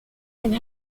and